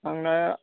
आंना